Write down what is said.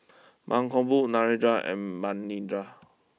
Mankombu Narendra and Manindra